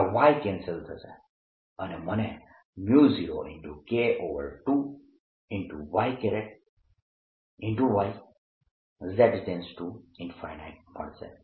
આ Y cancel થશે અને મને 0K2y Y||z| મળશે